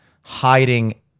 hiding